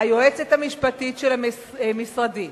היועצת המשפטית של משרדי,